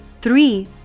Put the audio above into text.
Three